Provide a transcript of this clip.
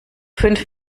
fünf